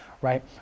right